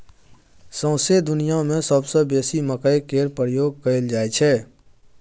सौंसे दुनियाँ मे सबसँ बेसी मकइ केर प्रयोग कयल जाइ छै